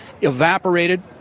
evaporated